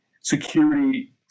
security